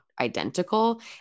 identical